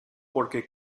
porque